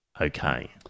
okay